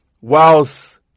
whilst